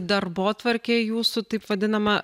darbotvarkė jūsų taip vadinama